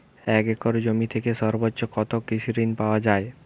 এক একর জমি থেকে সর্বোচ্চ কত কৃষিঋণ পাওয়া য়ায়?